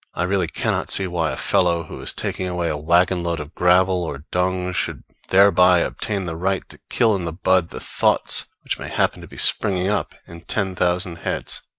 i really cannot see why a fellow who is taking away a wagon-load of gravel or dung should thereby obtain the right to kill in the bud the thoughts which may happen to be springing up in ten thousand heads